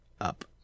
up